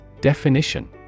Definition